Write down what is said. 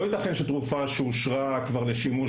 לא ייתכן שכל תרופה שהיא שאושרה כבר לשימוש